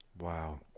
Wow